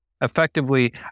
Effectively